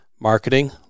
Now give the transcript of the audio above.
marketing